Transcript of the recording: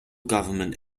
government